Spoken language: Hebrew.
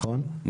נכון.